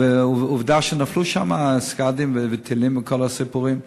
עובדה שנפלו שם "סקאדים" וטילים וכל הסיפורים.